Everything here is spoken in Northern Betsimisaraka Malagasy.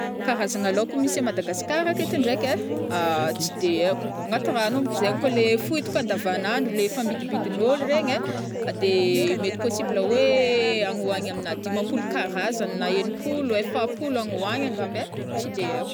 Karazagna laoko misy à Madagascar aketo ndraiky ai, tsy de aiko agnaty rano zegny kô le fohitako andavanandro le famidimidign'ôlo regny ai, de mety possible oe any oany dimampolo karazagna na enimpolo efapolo any oagny angamba ai tsy de aiko.